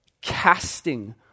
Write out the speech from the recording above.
Casting